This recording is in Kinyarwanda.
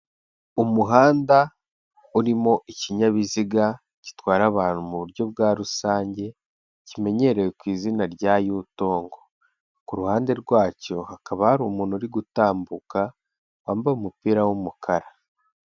Umuhanda urimo ikinyabiziga gitwara abantu mu buryo bwa rusange, kimenyerewe ku izina rya Yutongo, ku ruhande rwacyo hakaba hari umuntu uri gutambuka, wambaye umupira w'umukara.